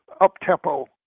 up-tempo